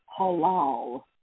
Halal